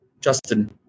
Justin